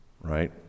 Right